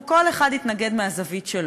כל אחד התנגד מהזווית שלו,